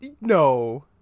no